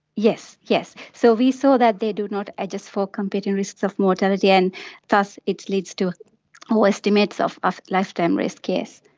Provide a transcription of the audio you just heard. yes. so we saw that they do not adjust for competing risks of mortality, and thus it leads to more estimates of of lifetime risk, yes.